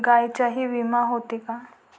गायींचाही विमा होते का?